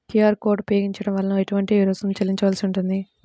QR code ఉపయోగించటం వలన ఏటువంటి రుసుం చెల్లించవలసి ఉంటుంది?